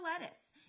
lettuce